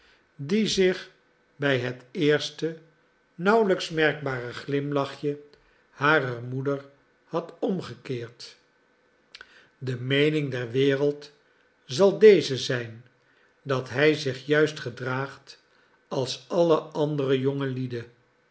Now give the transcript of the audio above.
die zich bij het eerste nauwelijks merkbare glimlachje harer moeder had omgekeerd de meening der wereld zal deze zijn dat hij zich juist gedraagt als alle andere